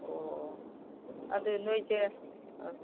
ꯑꯣ ꯑꯗꯨ ꯅꯣꯏꯁꯦ